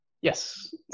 Yes